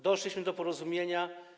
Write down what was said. Doszliśmy do porozumienia.